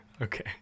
okay